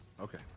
Okay